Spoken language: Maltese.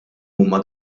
huma